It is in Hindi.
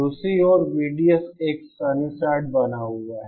दूसरी ओर VDS एक साइनसॉइड बना हुआ है